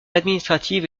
administrative